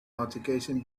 altercation